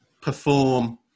perform